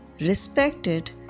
respected